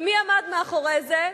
ומי עמד מאחורי זה?